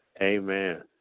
Amen